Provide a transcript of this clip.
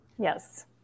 Yes